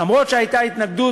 למרות שהייתה התנגדות,